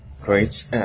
Great